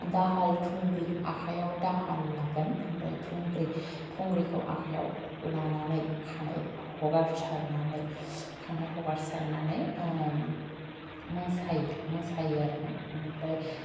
दाहाल थुंग्रि आखाइआव दाहाल लागोन ओमफाय थुंग्रि थुंग्रिखौ आखाइआव लानानै खानाय हगारसारनानै खानाय हगारसारनानै मोसायो मोसायो आरोना आमफ्राय